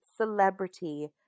Celebrity